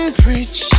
preach